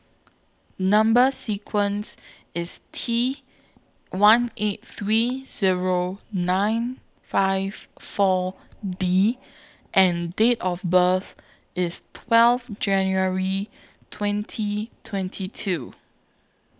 Number sequence IS T one eight three Zero nine five four D and Date of birth IS twelve January twenty twenty two